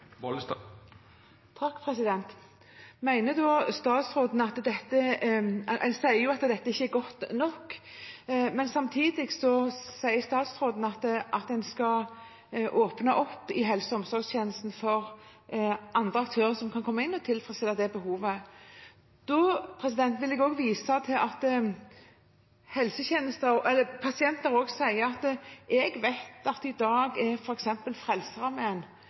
sier jo at dette ikke er godt nok, men samtidig sier statsråden at en skal åpne opp i helse- og omsorgstjenesten for andre aktører som kan komme inn og tilfredsstille det behovet. Da vil jeg vise til at pasienter sier at når de vet at f.eks. Frelsesarmeen er